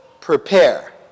Prepare